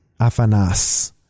Afanas